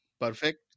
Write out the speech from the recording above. perfect